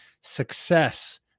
success